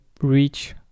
reach